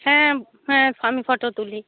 হ্যাঁ হ্যাঁ আমি ফটো তুলি